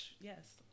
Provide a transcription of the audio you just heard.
Yes